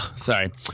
Sorry